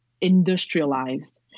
industrialized